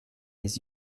les